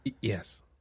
Yes